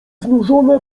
znużona